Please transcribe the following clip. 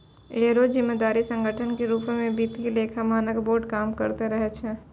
एगो जिम्मेवार संगठनो के रुपो मे वित्तीय लेखा मानक बोर्ड काम करते रहै छै